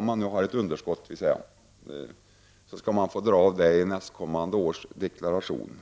Om man har ett underskott skall man alltså få dra av det i nästkommande års deklaration.